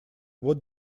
вот